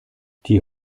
die